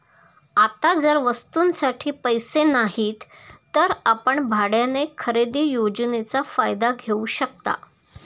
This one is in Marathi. आता जर वस्तूंसाठी पैसे नाहीत तर आपण भाड्याने खरेदी योजनेचा फायदा घेऊ शकता